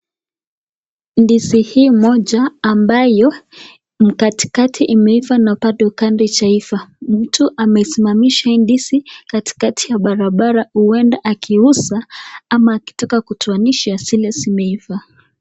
Ndizi hii moja ambayo ni kati imeiva na bado kando haijaiva. Mtu amesimamisha hii ndizi katikati ya barabara huenda akiuza ama akitaka kutuonyesha zile zimeiva.